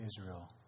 Israel